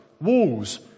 Walls